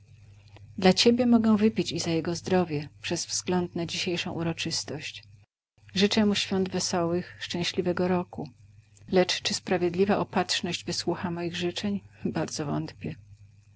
dla ciebie mogę wypić i za jego zdrowie przez wzgląd na dzisiejszą uroczystość życzę mu świąt wesołych szczęśliwego roku lecz czy sprawiedliwa opatrzność wysłucha moich życzeń bardzo wątpię